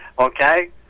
Okay